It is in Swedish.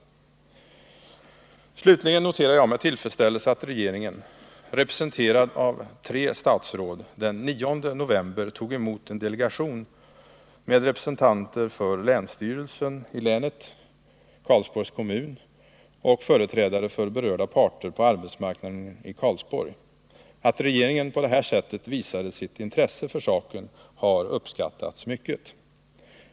kommun Slutligen noterar jag med tillfredsställelse att regeringen, representerad av tre statsråd, den 9 november tog emot en delegation med representanter för länsstyrelsen, Karlsborgs kommun och företrädare för berörda parter på arbetsmarknaden i Karlsborg. Att regeringen på detta sätt visade sitt intresse för saken har uppskattats mycket.